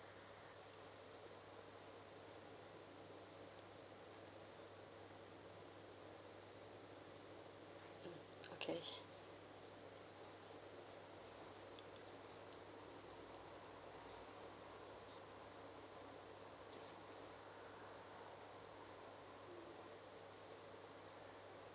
mm okay